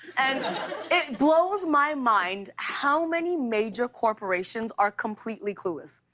and it blows my mind how many major corporations are completely clueless.